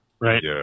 Right